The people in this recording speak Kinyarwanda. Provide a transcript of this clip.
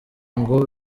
ngo